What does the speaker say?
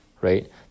right